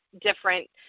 different